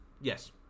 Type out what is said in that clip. Yes